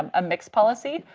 um a mixed policy.